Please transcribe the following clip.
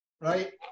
right